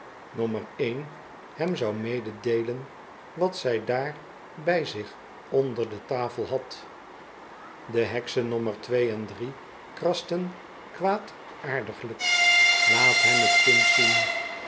nommer een hem zou mededeelen wat zij daar bij zich onder de tafel had de heksen nommer twee en drie krasten kwaadaardiglijk laat hem t kind zien